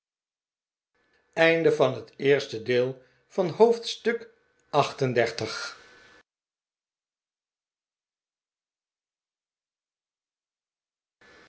oosten van het westen van het